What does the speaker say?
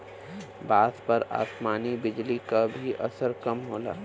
बांस पर आसमानी बिजली क भी असर कम होला